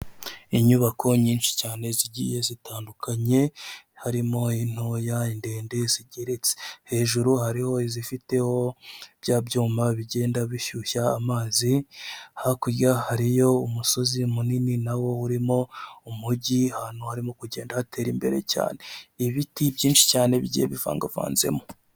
Inyubako nyinshi cyane zigiye zitandukanye, harimo intoya ndende zigeretse hejuru hariho izifiteho bya byuma bigenda bishyushya amazi, hakurya hariyo umusozi munini nawo urimo umujyi ahantu harimo kugenda hatera imbere cyane, ibiti byinshi cyane bigiye bivangavanzemo.